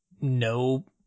no